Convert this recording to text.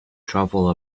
travel